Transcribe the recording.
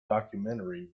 documentary